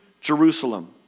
Jerusalem